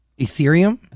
Ethereum